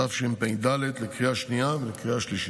התשפ"ד 2024, לקריאה השנייה ולקריאה השלישית.